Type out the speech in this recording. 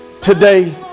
Today